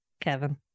Kevin